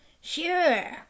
Sure